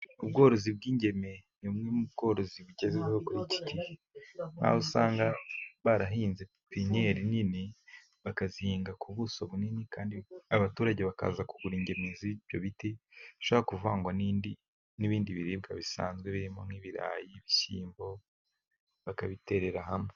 Ubworozi bw'ingemwe ni bumwe mu bworozi bugezweho kuri ikigihe, usanga barahinze pineri nini bakazihinga ku buso bunini. Kandi abaturage bakaza kugura ingemwe z'ibyo biti bashaka kubivanga n'ibindi biribwa bisanzwe birimo nk'ibirayi, ibishyimbo bakabiterera hamwe.